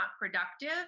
productive